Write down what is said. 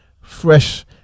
fresh